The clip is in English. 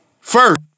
first